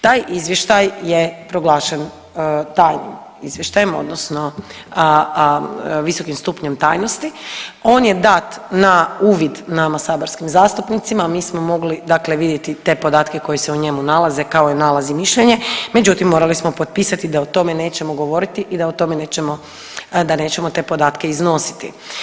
Taj izvještaj je proglašen tajnom, izvještajem odnosno visokim stupnjem tajnosti on je dat na uvid nama saborskim zastupnicima, mi smo mogli dakle vidjeti te podatke koje se u njemu nalaze, kao i nalaz i mišljenje, međutim morali smo potpisati da o tome nećemo govoriti i da o tome nećemo, da nećemo te podatke iznositi.